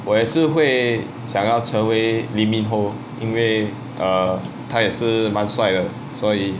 我也是会想要成为 lee min ho 因为 err 他也是满帅的所以